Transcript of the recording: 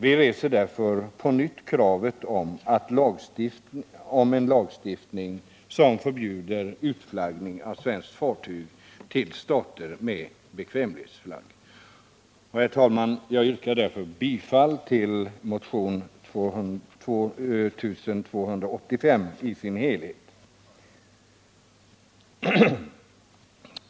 Vi reser därför på nytt kravet på en lagstiftning som förbjuder utflaggning av svenska fartyg till stater med bekvämlighetsflagg. Jag yrkar därför, herr talman, bifall till motionen 2285 i dess helhet.